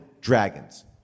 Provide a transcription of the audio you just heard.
dragons